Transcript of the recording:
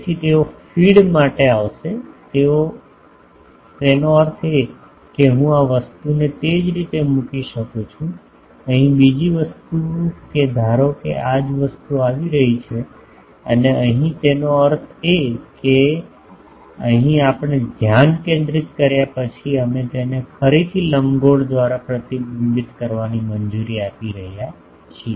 તેથી તેઓ હવે ફીડ માટે આવશે તેનો અર્થ એ કે હું આ વસ્તુને તે જ રીતે મૂકી શકું છું અહીં બીજી વસ્તુ કે ધારો કે આ જ વસ્તુ આવી રહી છે અને અહીં તેનો અર્થ એ કે અહીં આપણે ધ્યાન કેન્દ્રિત કર્યા પછી અમે તેને ફરીથી લંબગોળ દ્વારા પ્રતિબિંબિત કરવાની મંજૂરી આપી રહ્યા છીએ